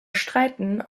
streiten